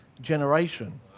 generation